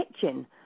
kitchen